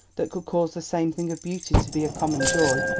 that could cause the same thing of beauty to be a common joy,